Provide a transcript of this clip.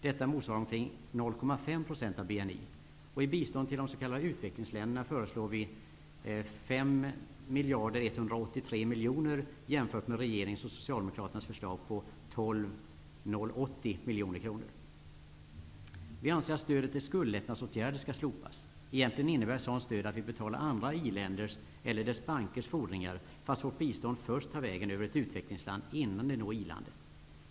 Detta motsvarar omkring utvecklingsländerna föreslår vi 5 183 miljoner kronor jämfört med regeringens och Vi anser att stödet till skuldlättnadsåtgärder skall slopas. Egentligen innebär ett sådant stöd att vi betalar andra i-länders eller dess bankers fordringar, fastän vårt bistånd först tar vägen över ett utvecklingsland innan det når i-landet.